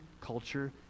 culture